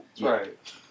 Right